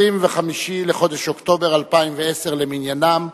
25 בחודש אוקטובר 2010 למניינם.